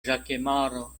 ĵakemaro